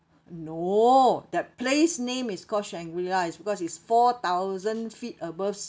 no that place name is called shangri-la is because it's four thousand feet above